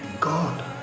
God